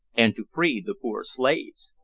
and to free the poor slaves!